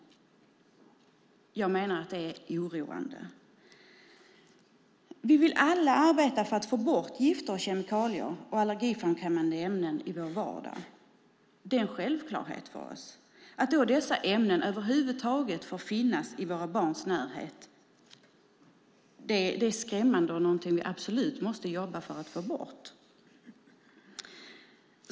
Jag menar att det är oroande. Vi vill alla arbeta för att få bort gifter, kemikalier och allergiframkallade ämnen i vår vardag. Det är en självklarhet för oss. Att dessa ämnen då över huvud taget får finnas i våra barns närhet är skrämmande, och det är något vi absolut måste jobba för att få bort.